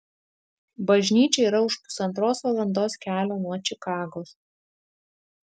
bažnyčia yra už pusantros valandos kelio nuo čikagos